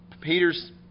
Peter's